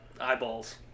eyeballs